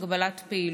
הגבלת פעילות.